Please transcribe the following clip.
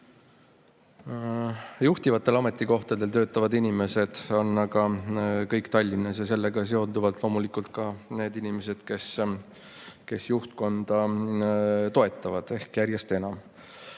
juhtivatel ametikohtadel töötavad inimesed on aga kõik Tallinnas ja sellega seonduvalt loomulikult ka need inimesed, kes juhtkonda toetavad, ehk [Tallinnas